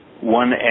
one